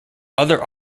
other